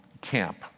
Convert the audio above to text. camp